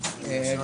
זה מצטמצם,